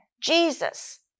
Jesus